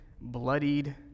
bloodied